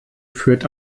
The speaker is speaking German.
führt